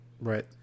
right